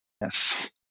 Yes